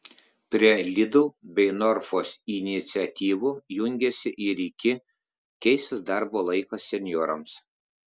prie lidl bei norfos iniciatyvų jungiasi ir iki keisis darbo laikas senjorams